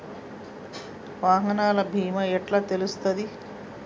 వాహనాల బీమా ఎట్ల తెలుస్తది?